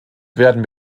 werden